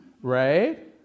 right